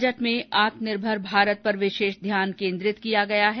budget में आत्मनिर्भर भारत पर विशेष ध्यान केंद्रित किया गया है